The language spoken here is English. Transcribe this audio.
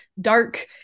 dark